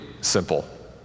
simple